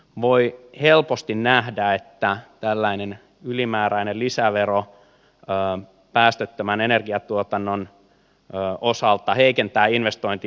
voi helposti nähdä että tällainen ylimääräinen lisävero päästöttömän energiantuotannon osalta heikentää investointiympäristöä